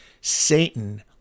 Satan